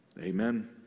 Amen